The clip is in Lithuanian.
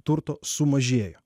turto sumažėjo